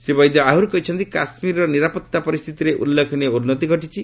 ଶ୍ରୀ ବୈଦ ଆହୁରି କହିଛନ୍ତି କାଶ୍ମୀରର ନିରାପତ୍ତା ପରିସ୍ଥିତିରେ ଉଲ୍ଲେଖନୀୟ ଉନ୍ନତି ଘଟିଛି